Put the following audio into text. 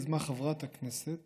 יזמה חברת הכנסת